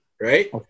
right